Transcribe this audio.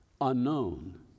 unknown